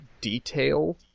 detail